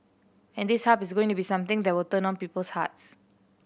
and this Hub is going to be something that will turn on people's hearts